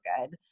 good